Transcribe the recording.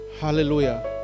hallelujah